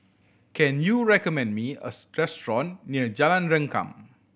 can you recommend me a near Jalan Rengkam